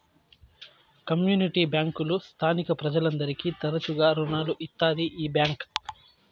community బ్యాంకులు స్థానిక ప్రజలందరికీ తరచుగా రుణాలు ఇత్తాది ఈ బ్యాంక్